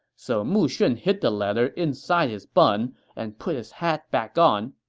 so mu shun hid the letter inside his bun and put his hat back on.